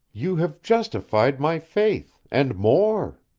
you have justified my faith, and more!